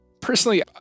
Personally